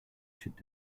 should